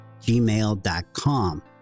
gmail.com